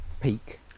peak